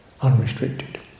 unrestricted